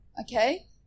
okay